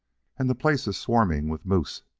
and the place is swarming with moose,